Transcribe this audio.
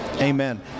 Amen